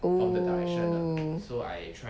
oo